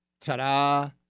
ta-da